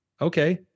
Okay